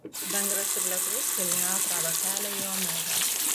vengras ir lietuvis vilniuje atrado kelią į omegą